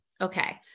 Okay